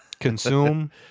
Consume